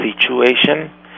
situation